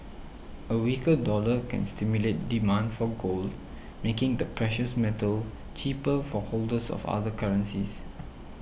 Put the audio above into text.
a weaker dollar can stimulate demand for gold making the precious metal cheaper for holders of other currencies